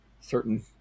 certain